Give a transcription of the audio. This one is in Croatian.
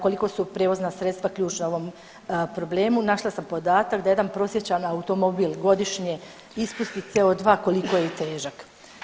Koliko su prijevozna sredstva ključna u ovom problemu, našla sam podatak da jedan prosječan automobil godišnje ispusti CO2 koliko je težak.